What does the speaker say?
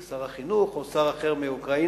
שר החינוך או שר אחר מאוקראינה,